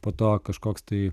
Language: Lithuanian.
po to kažkoks tai